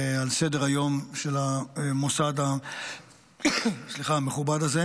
על סדר-היום של המוסד המכובד הזה.